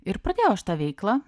ir pradėjau aš tą veiklą